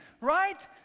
right